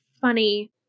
funny